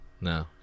No